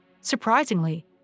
Surprisingly